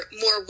more